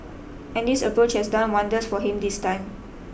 and this approach has done wonders for him this time